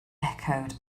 echoed